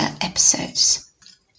episodes